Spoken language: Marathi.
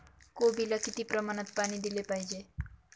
कोबीला किती प्रमाणात पाणी दिले पाहिजे?